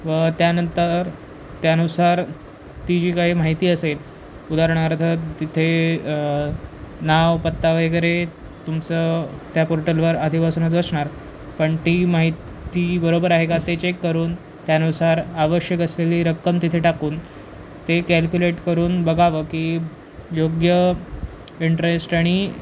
व त्यानंतर त्यानुसार ती जी काही माहिती असेल उदाहरणार्थ तिथे नाव पत्ता वगैरे तुमचं त्या पोर्टलवर आधीपासूनच असणार पण ती माहिती बरोबर आहे का ते चेक करून त्यानुसार आवश्यक असलेली रक्कम तिथे टाकून ते कॅल्क्युलेट करून बघावं की योग्य इंटरेस्ट आणि